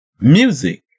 Music